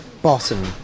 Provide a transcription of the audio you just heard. Bottom